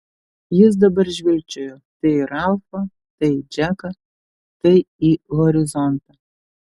jis dabar žvilgčiojo tai į ralfą tai į džeką tai į horizontą